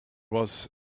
was